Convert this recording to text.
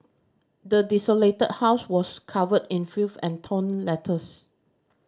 the desolated house was covered in filth and torn letters